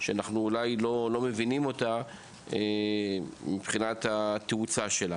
שאולי אנחנו לא מבינים אותה מבחינת החומרה.